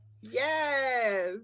yes